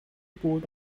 board